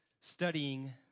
studying